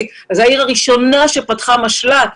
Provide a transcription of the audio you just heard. אבל זאת העיר הראשונה שפתחה משל"ט.